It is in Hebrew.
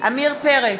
עמיר פרץ,